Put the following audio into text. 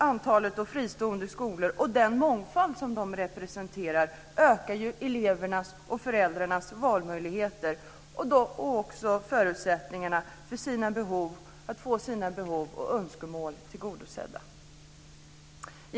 Genom öka antalet fristående skolor och den mångfald som de representerar ökar ju elevernas och föräldrarnas valmöjligheter, och därmed också förutsättningarna för att de ska få sina behov och önskemål tillgodosedda.